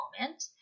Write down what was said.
moment